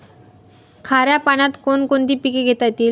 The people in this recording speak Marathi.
खाऱ्या पाण्यात कोण कोणती पिके घेता येतील?